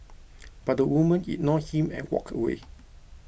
but the woman ignored him and walked away